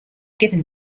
given